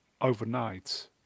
overnight